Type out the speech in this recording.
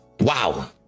wow